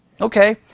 Okay